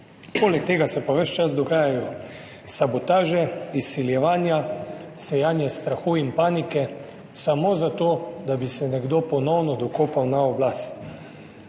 poleg tega se pa ves čas dogajajo sabotaže, izsiljevanja, sejanje strahu in panike samo zato, da bi se nekdo ponovno dokopal do oblasti.